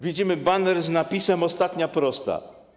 Widzimy baner z napisem: ostatnia prosta.